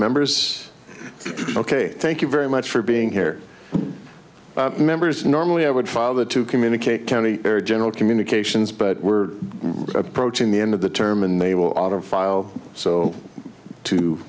members ok thank you very much for being here members normally i would father to communicate county very general communications but we're approaching the end of the term and they will auto file so to